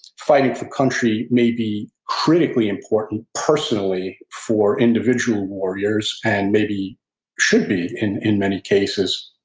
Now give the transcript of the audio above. fighting for country may be critically important personally for individual warriors, and maybe should be in in many cases,